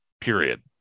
period